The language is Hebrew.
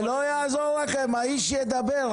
זה לא יעזור לכם, האיש ידבר.